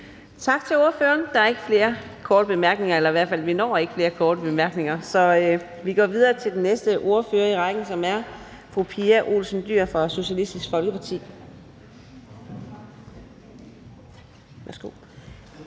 Tak til ordføreren. Der er ikke flere korte bemærkninger, eller vi når i hvert fald ikke flere korte bemærkninger, så vi går videre til den næste ordfører i rækken, som er fru Pia Olsen Dyhr fra Socialistisk Folkeparti.